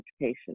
education